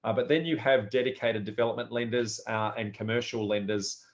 ah but then you have dedicated development lenders and commercial lenders.